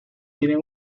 tienen